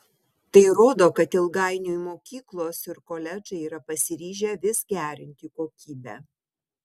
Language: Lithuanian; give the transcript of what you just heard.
tai rodo kad ilgainiui mokyklos ir koledžai yra pasiryžę vis gerinti kokybę